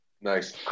Nice